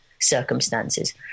circumstances